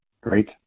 Great